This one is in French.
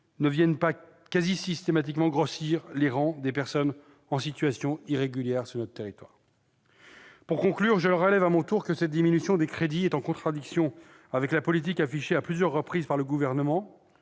ne viennent pas presque systématiquement grossir les rangs des personnes en situation irrégulière sur notre territoire. Monsieur le secrétaire d'État, cette diminution des crédits est en contradiction avec l'intention affichée à plusieurs reprises par le Gouvernement